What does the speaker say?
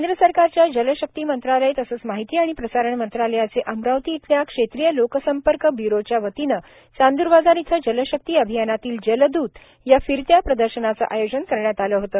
केंद्र सरकारच्या जलशक्ती मंत्रालय तसंच माहिती आणि प्रसारण मंत्रालयाचे अमरावती इथल्या क्षेत्रिय लोकसंपर्क ब्युरोच्या वतीने चांदूर बाजार इथं जलशक्ती अभियानातील जलद्त या फिरत्या प्रदर्शनाचे आयोजन करण्यात आले होते